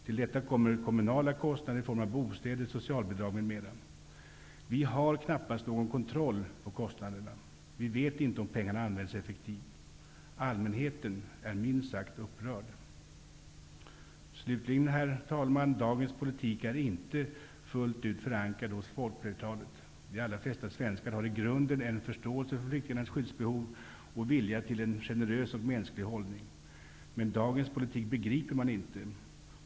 Till detta kommer kommunala kostnader i form av bostä der, socialbidrag m.m. Vi har knappast någon kontroll på kostnaderna. Vi vet inte om pengarna används effektivt. Allmänheten är minst sagt upp rörd. Slutligen, herr talman, är dagens politik inte fullt ut förankrad hos folkflertalet. De allra flesta svenskar har i grunden en förståelse för flykting ars skyddsbehov och är villiga till en generös och mänsklig hållning. Men dagens politik begriper man inte.